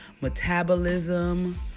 metabolism